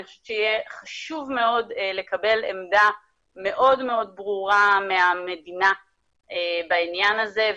ואני חושבת שחשוב מאוד לקבל עמדה מאוד ברורה מהמדינה בעניין הזה,